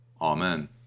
Amen